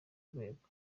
rwego